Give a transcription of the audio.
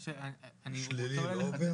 שלילי לא עובר?